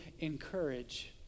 encourage